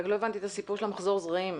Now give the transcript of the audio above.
לא הבנתי את הסיפור של מחזור הזרעים.